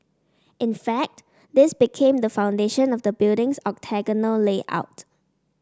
in fact this became the foundation of the building's octagonal layout